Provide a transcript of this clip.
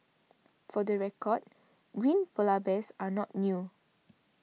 for the record green Polar Bears are not new